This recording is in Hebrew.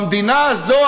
במדינה הזאת,